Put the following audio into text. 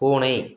பூனை